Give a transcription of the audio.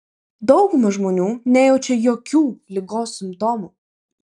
dauguma žmonių nejaučia jokių ligos simptomų